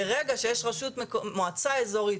ברגע שיש מועצה איזורית,